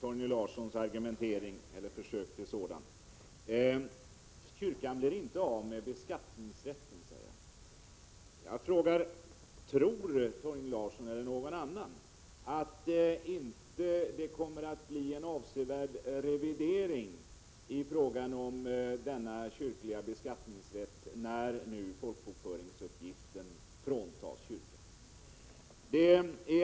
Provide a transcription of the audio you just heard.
Fru talman! Torgny Larsson säger att kyrkan inte blir av med sin beskattningsrätt. Tror inte Torgny Larsson och andra att det kommer att bli en avsevärd revidering av den kyrkliga beskattningsrätten när nu folkbokföringsuppgiften fråntas kyrkan?